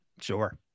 Sure